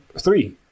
three